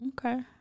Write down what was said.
Okay